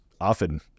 Often